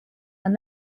are